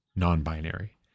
non-binary